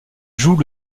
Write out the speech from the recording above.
joue